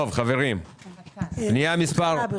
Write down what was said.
לא